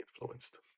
influenced